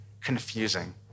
confusing